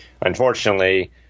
unfortunately